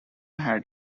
had